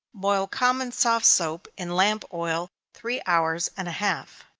boil common soft soap in lamp oil three hours and a half.